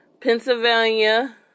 Pennsylvania